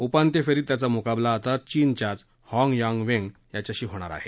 उपांत्य फेरीत त्याचा मुकाबला आता चीनच्याच हॉगयांग वेंग याच्याशी होईल